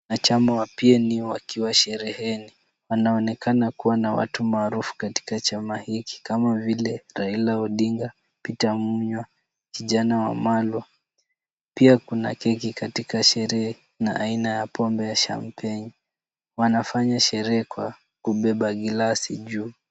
Wanachama wa PNU wakiwa shereheni. Wanaonekana kuwa na watu maarufu katika chama hiki kama vile Raila Odinga, Peter Munywa, Kijana Wamalwa. Pia kuna keki katika sherehe na aina ya pombe ya champagne . Wanafanya sherehe kwa kubeba glasi juu.